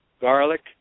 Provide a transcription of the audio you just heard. garlic